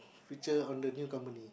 future on the new company